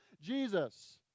Jesus